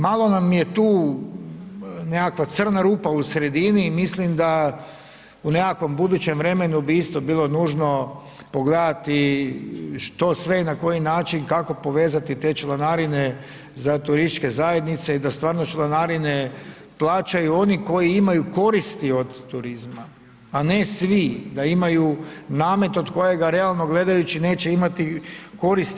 Malo nam je tu nekakva crna rupa u sredini, mislim da u nekakvom budućem vremenu bi isto bilo nužno pogledati što sve na koji način kako povezati te članarine za turističke zajednice i da stvarno članarine plaćaju oni koji imaju koristi od turizma, a ne svi da imaju namet od kojeg realno gledajući neće imati koristi.